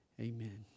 Amen